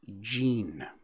gene